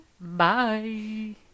Bye